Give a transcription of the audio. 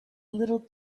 little